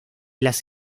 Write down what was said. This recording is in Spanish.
las